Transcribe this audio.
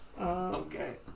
Okay